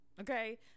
Okay